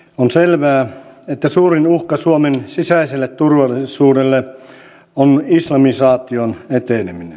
on selvää että suurin uhka suomen sisäiselle turvallisuudelle on islamisaation eteneminen